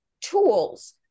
tools